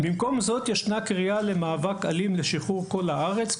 במקום זאת ישנה קריאה למאבק אלים לשחרור כל הארץ,